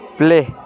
play